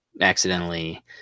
accidentally